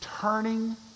turning